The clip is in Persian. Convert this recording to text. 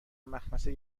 مخمصه